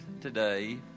today